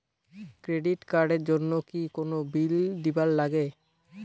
Credit card এর জন্যে কি কোনো বিল দিবার লাগে?